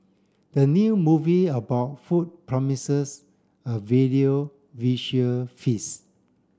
the new movie about food promises a value visual feast